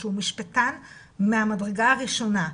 שהוא משפטן מהמדרגה הראשונה,